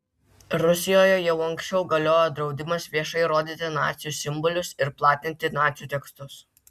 rusijoje jau anksčiau galiojo draudimas viešai rodyti nacių simbolius ir platinti nacių tekstus